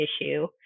issue